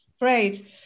great